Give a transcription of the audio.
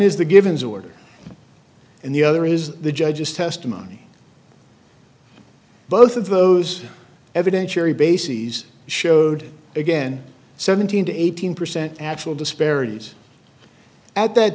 is the givens order and the other is the judge's testimony both of those evidentiary bases showed again seventeen to eighteen percent actual disparities at that